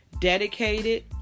dedicated